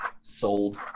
sold